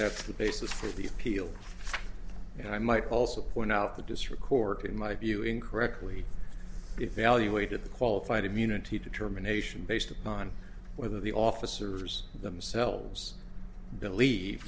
that's the basis for the appeal and i might also point out the district court in my view incorrectly evaluated the qualified immunity determination based upon whether the officers themselves believe